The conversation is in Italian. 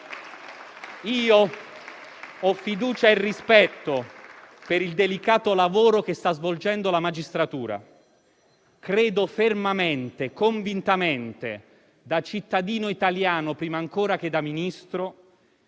Io ho fiducia e rispetto per il delicato lavoro che sta svolgendo la magistratura. Credo fermamente, convintamente, da cittadino italiano prima ancora che da Ministro,